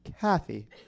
Kathy